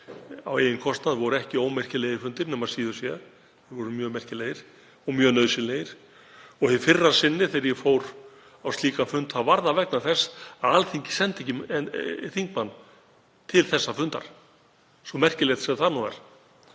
á eigin kostnað voru ekki ómerkilegir fundir nema síður sé. Þeir voru mjög merkilegir og mjög nauðsynlegir. Hið fyrra sinni þegar ég fór á slíkan fund var það vegna þess að Alþingi sendi ekki þingmann til þess fundar, svo merkilegt sem það nú var.